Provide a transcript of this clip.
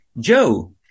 Joe